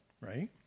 right